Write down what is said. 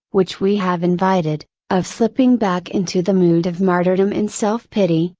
which we have invited, of slipping back into the mood of martyrdom and self pity,